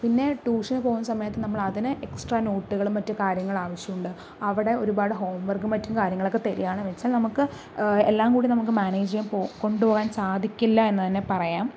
പിന്നെ ട്യൂഷൻ പോകുന്ന സമയത്തു നമ്മൾ അതിനെ എക്സ്ട്രാ നോട്ടുകളും മറ്റു കാര്യങ്ങളും ആവശ്യമുണ്ട് അവിടെ ഒരുപാട് ഹോംവർക്കും മറ്റു കാര്യങ്ങളൊക്കെ തരുകയാണെന്ന് വെച്ചാൽ നമുക്ക് എല്ലാം കൂടി നമുക്ക് മാനേജ് ചെയ്ത് കൊണ്ടു പോവാൻ സാധിക്കില്ല എന്നു തന്നെ പറയാം